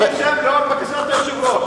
אני אשב, לאור בקשת היושב-ראש.